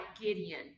Gideon